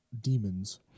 demons